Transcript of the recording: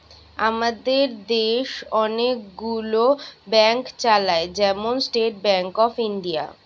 আমাদের দেশ অনেক গুলো ব্যাংক চালায়, যেমন স্টেট ব্যাংক অফ ইন্ডিয়া